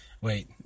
Wait